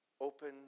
Open